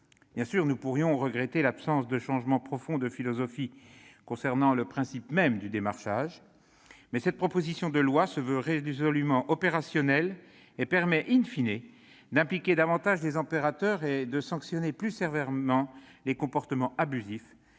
Bien sûr, nous pourrions regretter l'absence de changement profond de philosophie concernant le principe même du démarchage, mais cette proposition de loi se veut résolument opérationnelle, et permet d'impliquer davantage les opérateurs et de sanctionner plus sévèrement les comportements abusifs,